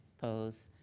opposed?